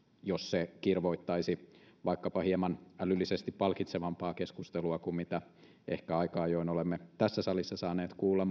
jos se kirvoittaisi vaikkapa hieman älyllisesti palkitsevampaa keskustelua kuin mitä ehkä aika ajoin olemme tässä salissa saaneet kuulla